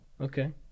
okay